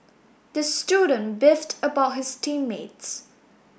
the student beefed about his team mates